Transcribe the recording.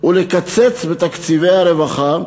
ולקצץ בתקציבי הרווחה,